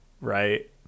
Right